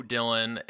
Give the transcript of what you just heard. Dylan